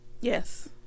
Yes